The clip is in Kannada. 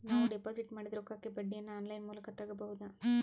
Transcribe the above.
ನಾವು ಡಿಪಾಜಿಟ್ ಮಾಡಿದ ರೊಕ್ಕಕ್ಕೆ ಬಡ್ಡಿಯನ್ನ ಆನ್ ಲೈನ್ ಮೂಲಕ ತಗಬಹುದಾ?